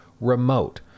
remote